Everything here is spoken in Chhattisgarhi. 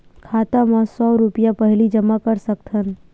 खाता मा सौ रुपिया पहिली जमा कर सकथन?